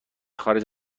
خارج